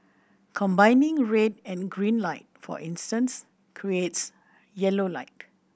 combining red and green light for instance creates yellow light